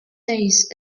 days